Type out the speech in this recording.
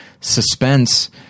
suspense –